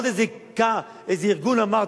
עוד איזה ארגון אמר,